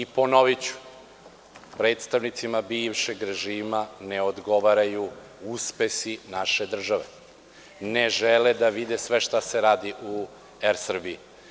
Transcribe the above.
Ponoviću, predstavnicima bivšeg režima ne odgovaraju uspesi naše države, ne žele da vide sve šta se radi u „Er Srbiji“